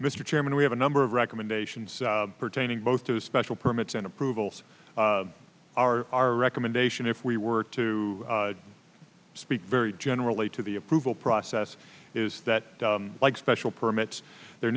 mr chairman we have a number of recommendations pertaining both to special permits and approvals our recommendation if we were to i speak very generally to the approval process is that like special permits there